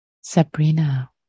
Sabrina